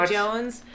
Jones